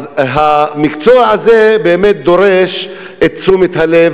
אז המקצוע הזה באמת דורש את תשומת הלב.